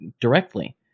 directly